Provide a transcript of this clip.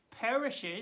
perishes